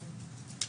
כרגע.